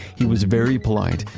he was very polite.